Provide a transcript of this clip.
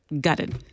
gutted